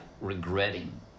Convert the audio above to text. regretting